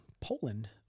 Poland